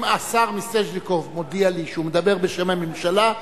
אם השר מיסז'ניקוב מודיע לי שהוא מדבר בשם הממשלה,